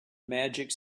magic